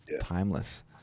timeless